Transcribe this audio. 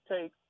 take